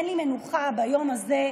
אין לי מנוחה ביום הזה,